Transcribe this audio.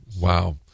wow